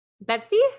Betsy